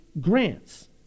grants